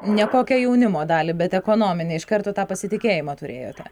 nekokia jaunimo dalį bet ekonominę iš karto tą pasitikėjimą turėjote